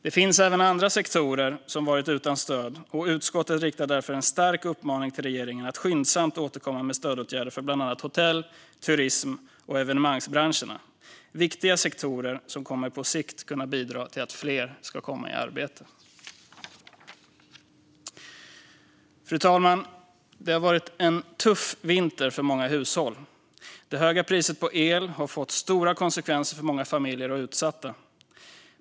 Det finns även andra sektorer som varit utan stöd, och utskottet riktar därför en stark uppmaning till regeringen att skyndsamt återkomma med stödåtgärder för bland annat hotell, turism och evenemangsbranscherna - viktiga sektorer som på sikt kommer att kunna bidra till att fler kommer i arbete. Fru talman! Det har varit en tuff vinter för många hushåll. Det höga priset på el har fått stora konsekvenser för många familjer och utsatta.